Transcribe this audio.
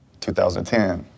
2010